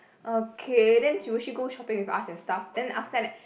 okay then she would she go shopping with us and stuff then after that